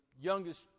youngest